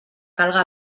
calga